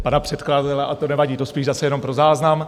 Pana předkladatele, a to nevadí, to spíše zase jenom pro záznam.